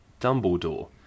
Dumbledore